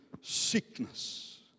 Sickness